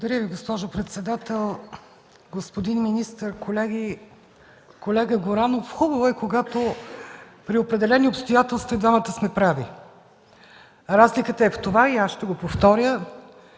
Благодаря Ви, госпожо председател. Господин министър, колеги! Колега Горанов, хубаво е, когато при определени обстоятелства и двамата сме прави. Разликата е в това и аз ще го повторя,